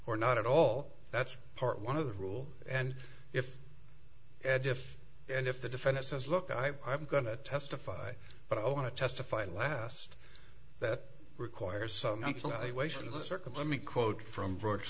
or not at all that's part one of the rule and if ed if and if the defendant says look i'm going to testify but i want to testify last that requires some way from